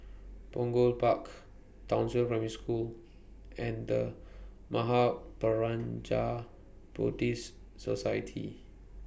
Punggol Park Townsville Primary School and The Mahaprajna Buddhist Society